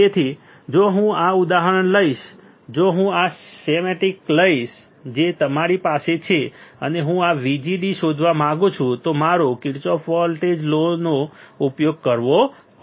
તેથી જો હું આ ઉદાહરણ લઈશ જો હું આ સ્કેમેટિક લઈશ જે તમારી સામે છે અને હું આ VGD શોધવા માંગુ છું તો મારે કિર્ચોફ વોલ્ટેજ લોનો Kirchhoffs voltage law ઉપયોગ કરવો પડશે